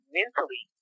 mentally